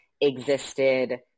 existed